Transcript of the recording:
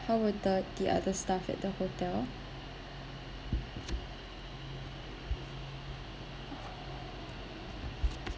how about the the other staff at the hotel